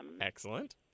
Excellent